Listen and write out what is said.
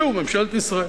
שוב, ממשלת ישראל,